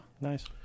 Nice